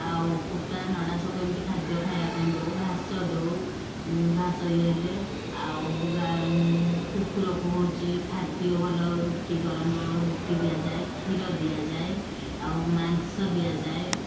ଆଉ କୁଟା ନଡ଼ା ସବୁ ଏମିତି ଖାଦ୍ୟ ଖାଇବା ପାଇଁ ଦେଉ ଘାସ ଦେଉ ଘାସ ଇଏ ହେଲେ ଆଉ କୁକୁରକୁ ହେଉଛି ଖାଦ୍ୟ ଭଲ ରୁଟି ଗରମ ଗରମ ରୁଟି ଦିଆଯାଏ କ୍ଷୀର ଦିଆଯାଏ ଆଉ ମାଂସ ଦିଆଯାଏ